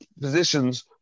positions